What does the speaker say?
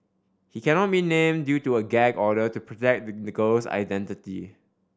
he cannot be named due to a gag order to protect the girl's identity